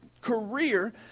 career